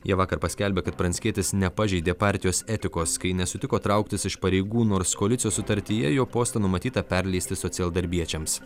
jie vakar paskelbė kad pranckietis nepažeidė partijos etikos kai nesutiko trauktis iš pareigų nors koalicijos sutartyje jo postą numatyta perleisti socialdarbiečiams